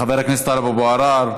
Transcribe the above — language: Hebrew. חבר הכנסת טלב אבו עראר,